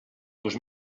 dos